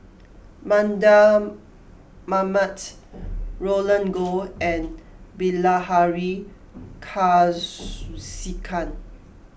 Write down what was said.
Mardan Mamat Roland Goh and Bilahari Kausikan